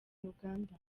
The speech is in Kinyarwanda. uganda